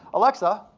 alexa,